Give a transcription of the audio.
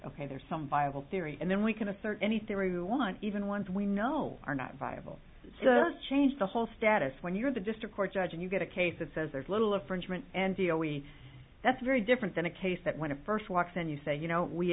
ok there's some viable theory and then we can assert anything we want even ones we know are not viable so let's change the whole status when you're the district court judge and you get a case that says there's little of frenchmen and feel we that's very different than a case that when it first walks and you say you know we